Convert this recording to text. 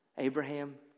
Abraham